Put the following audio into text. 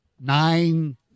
nine